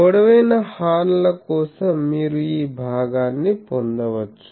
పొడవైన హార్న్ ల కోసం మీరు ఈ భాగాన్ని పొందవచ్చు